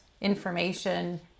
information